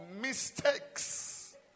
mistakes